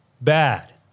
bad